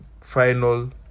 final